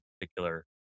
particular